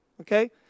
Okay